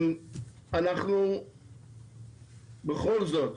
אנחנו בכל זאת